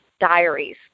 diaries